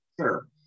sure